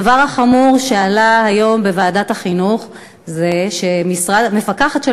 הדבר החמור שעלה היום בוועדת החינוך זה שמפקחת של